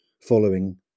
following